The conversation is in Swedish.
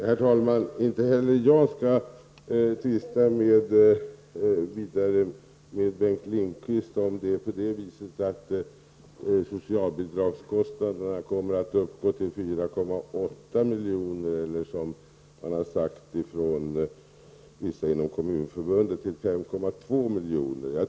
Herr talman! Inte heller jag skall tvista vidare med Bengt Lindqvist om kostnaderna för socialbidragen kommer att uppgå till 4,8 miljarder eller, som vissa inom Kommunförbundet har sagt, till 5,2 miljarder.